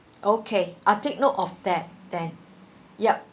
okay I take note of that then yup